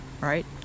Right